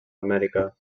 amèrica